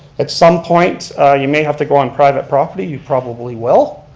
at some point you may have to go on private property, you probably will.